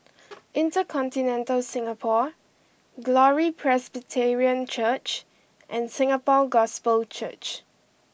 InterContinental Singapore Glory Presbyterian Church and Singapore Gospel Church